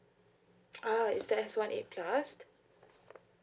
ah is that S one eight plus